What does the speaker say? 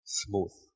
smooth